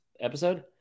episode